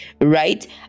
right